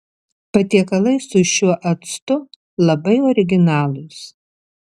patiekalai su šiuo actu labai originalūs